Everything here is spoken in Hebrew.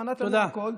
אתה מנעת את הכול,